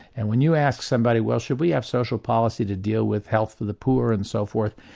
and when you ask somebody well should we have social policy to deal with health for the poor and so forth,